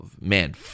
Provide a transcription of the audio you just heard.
man